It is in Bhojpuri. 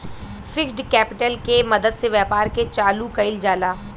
फिक्स्ड कैपिटल के मदद से व्यापार के चालू कईल जाला